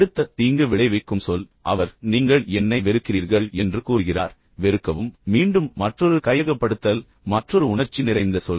அடுத்த தீங்கு விளைவிக்கும் சொல் அவர் நீங்கள் என்னை வெறுக்கிறீர்கள் என்று கூறுகிறார் வெறுக்கவும் மீண்டும் மற்றொரு கையகப்படுத்தல் மற்றொரு உணர்ச்சி நிறைந்த சொல்